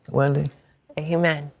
wendy amen.